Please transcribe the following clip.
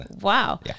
Wow